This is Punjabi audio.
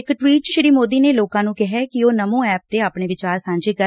ਇਕ ਟਵੀਟ ਚ ਸ੍ੀ ਮੋਦੀ ਨੇ ਲੋਕਾਂ ਨੂੰ ਕਿਹਾ ਕਿ ਨਮੋ ਐਪ ਤੇ ਆਪਣੇ ਵਿਚਾਰ ਸਾਂਝੇ ਕਰਨ